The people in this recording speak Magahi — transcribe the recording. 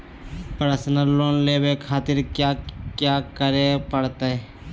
पर्सनल लोन लेवे खातिर कया क्या करे पड़तइ?